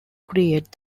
create